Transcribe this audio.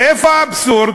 ואיפה האבסורד?